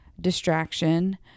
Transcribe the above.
distraction